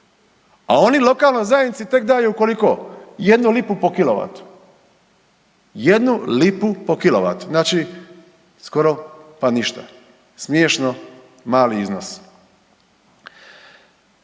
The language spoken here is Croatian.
a oni lokalnoj zajednici tek daju, koliko, jednu lipu po kilovatu? Jednu lipu po kilovatu, znači, skoro pa ništa. Smiješno mali iznos.